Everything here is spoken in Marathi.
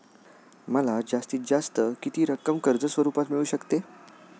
मला जास्तीत जास्त किती रक्कम कर्ज स्वरूपात मिळू शकते?